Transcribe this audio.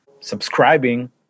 subscribing